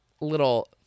little